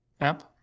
app